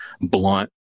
blunt